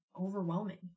overwhelming